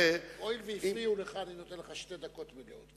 הואיל והפריעו לך, אני נותן לך שתי דקות מלאות.